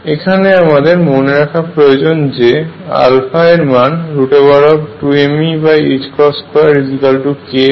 এখানে আমাদের মনে রাখা প্রয়োজন যে এর মান 2mE2k হয়